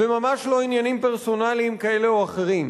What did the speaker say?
וממש לא עניינים פרסונליים כאלה או אחרים,